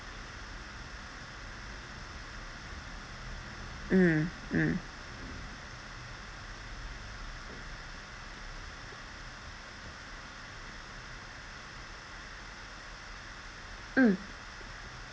mm mm mm